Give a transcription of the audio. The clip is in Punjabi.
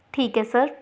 ਠੀਕ ਹੈ ਸਰ